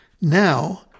Now